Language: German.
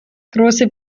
grosser